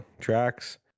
tracks